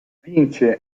vince